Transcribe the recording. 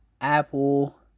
Apple